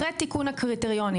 אחרי תיקון הקריטריונים,